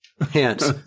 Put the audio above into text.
Hence